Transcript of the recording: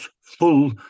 full